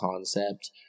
concept